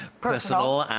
personal and